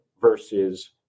versus